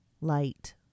light